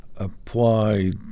applied